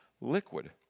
liquid